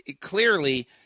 clearly